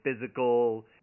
physical